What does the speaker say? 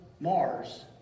Mars